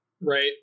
right